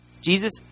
Jesus